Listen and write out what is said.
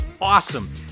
awesome